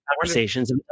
Conversations